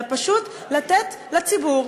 אלא פשוט לתת לציבור,